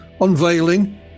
unveiling